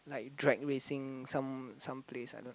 like drag racing some some place I don't